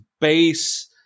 base